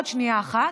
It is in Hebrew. עוד שנייה אחת.